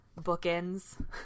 bookends